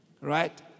Right